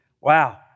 Wow